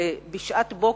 ובשעת בוקר,